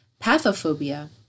Pathophobia